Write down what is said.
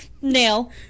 Nail